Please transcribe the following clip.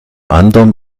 anderem